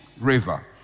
river